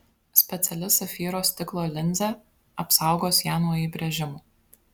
speciali safyro stiklo linzė apsaugos ją nuo įbrėžimų